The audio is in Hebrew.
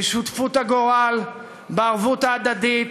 בשותפות הגורל, בערבות ההדדית,